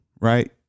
right